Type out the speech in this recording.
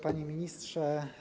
Panie Ministrze!